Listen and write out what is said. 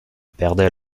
perdait